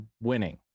winning